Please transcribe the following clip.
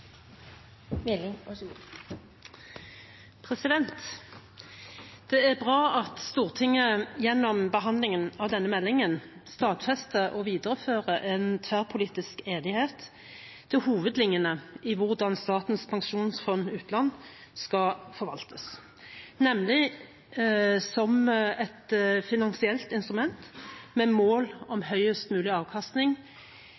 Det er bra at Stortinget gjennom behandlingen av denne meldingen stadfester og viderefører en tverrpolitisk enighet om hovedlinjene i hvordan Statens pensjonsfond utland skal forvaltes, nemlig som et finansielt instrument med mål